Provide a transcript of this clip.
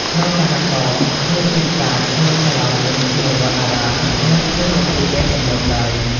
ក្នុងសហករណ៍ គ្មានទីផ្សារ គ្មានសាលារៀន គ្មានវត្តអារាម និងគ្មានមន្ទីរពេទ្យទំនើបឡើយ។